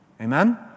Amen